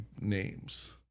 names